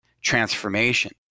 transformation